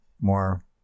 more